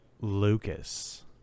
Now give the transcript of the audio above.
lucas